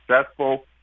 successful